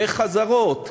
וחזרות,